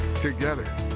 Together